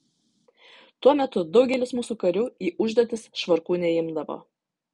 tuo metu daugelis mūsų karių į užduotis švarkų neimdavo